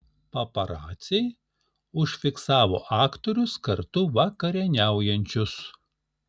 paparaciai užfiksavo aktorius kartu vakarieniaujančius